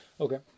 Okay